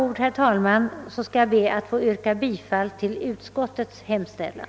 Med det anförda ber jag få yrka bifall till utskottets hemställan.